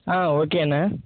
ஆ okay அண்ணா